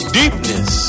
deepness